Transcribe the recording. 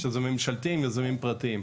כשזה ממשלתי עם יזמים פרטיים.